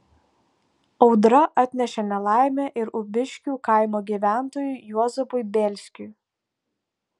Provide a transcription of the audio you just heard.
audra atnešė nelaimę ir ubiškių kaimo gyventojui juozapui bėlskiui